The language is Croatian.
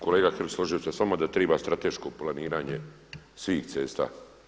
Kolega Hrg složio bih se sa vama da triba strateško planiranje svih cesta.